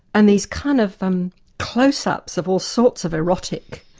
and these kind of um close-ups of all sorts of erotic,